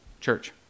Church